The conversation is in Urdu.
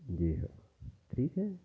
جی ہاں ٹھیک ہے